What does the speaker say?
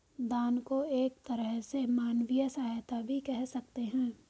दान को एक तरह से मानवीय सहायता भी कह सकते हैं